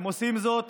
הם עושים זאת